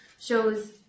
shows